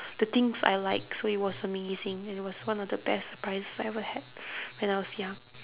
the things I like so it was amazing and it was one of the best prizes I ever had when I was young